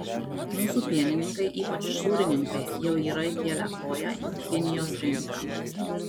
mūsų pienininkai ypač sūrininkai jau yra įkėlę koją į kinijos rinką